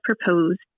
proposed